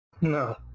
No